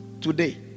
today